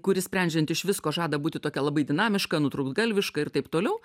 kuri sprendžiant iš visko žada būti tokia labai dinamiška nutrūktgalviška ir taip toliau